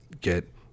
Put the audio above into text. get